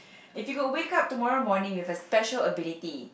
if you could wake up tomorrow morning with a special ability